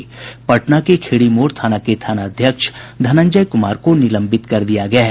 पटना के खिड़ी मोड़ थाना के थानाध्यक्ष धनंजय कुमार को निलंबित कर दिया गया है